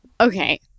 Okay